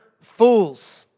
fools